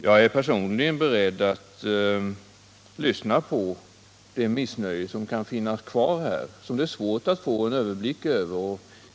Jag är personligen beredd att lyssna på det missnöje som kan finnas kvar och som det är svårt att få en överblick över.